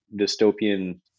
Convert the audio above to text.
dystopian